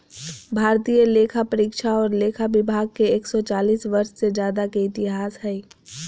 भारतीय लेखापरीक्षा और लेखा विभाग के एक सौ चालीस वर्ष से ज्यादा के इतिहास हइ